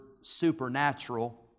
supernatural